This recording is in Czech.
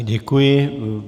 Děkuji.